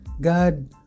God